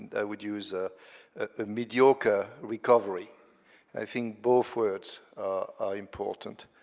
i would use ah mediocre recovery i think both words are important,